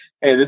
hey